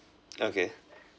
okay